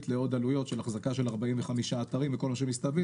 לעוד עלויות של החזקה של 45 אתרים מכל מה שמסביב.